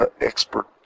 expert